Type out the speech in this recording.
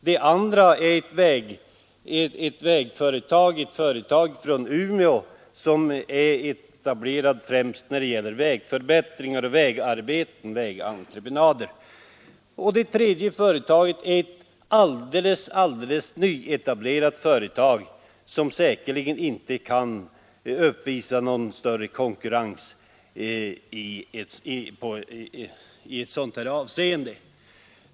Det tredje är ett vägföretag från Umeå som är etablerat främst när det gäller vägförbättringar och vägentreprenader. Det fjärde är ett alldeles nyetablerat företag, som säkerligen inte kan uppvisa någon större konkurrens i denna entreprenad.